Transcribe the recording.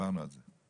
דיברנו על זה.